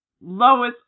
Lois